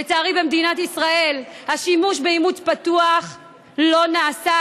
לצערי, במדינת ישראל השימוש באימוץ פתוח לא נעשה,